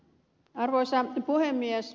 arvoisa puhemies